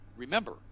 Remember